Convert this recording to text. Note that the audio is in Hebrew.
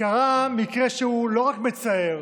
קרה מקרה שהוא לא רק מצער,